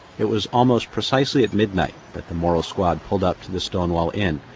it was almost precisely at midnight that the moral squad pulled up to the stonewall inn,